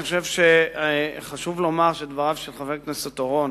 אני חושב שחשוב לומר שדבריו של חבר הכנסת אורון